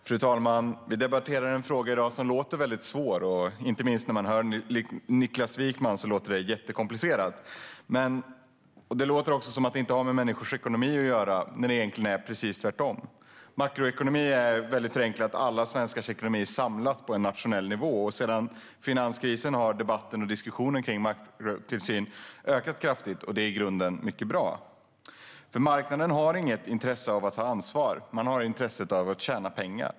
Fru talman! Vi debatterar i dag en fråga som låter väldigt svår; inte minst när man hör Niklas Wykman låter detta jättekomplicerat. Det låter också som att det inte har med människors ekonomi att göra, men egentligen är det precis tvärtom. Makroekonomi är, väldigt förenklat, alla svenskars ekonomi samlad på en nationell nivå. Sedan finanskrisen har debatten och diskussionen kring makrotillsyn ökat kraftigt, och det är i grunden mycket bra. Marknaden har nämligen inget intresse av att ta ansvar - den har intresse av att tjäna pengar.